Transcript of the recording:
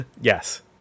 yes